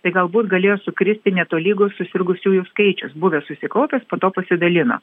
tai galbūt galėjo sukristi netolygus susirgusiųjų skaičius buvęs susikaupęs po to pasidalino